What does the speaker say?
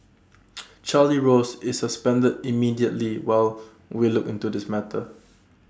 Charlie rose is suspended immediately while we look into this matter